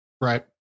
Right